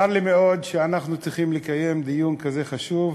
צר לי מאוד שאנחנו צריכים לקיים דיון כזה חשוב